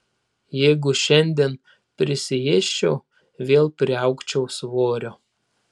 jeigu šiandien prisiėsčiau vėl priaugčiau svorio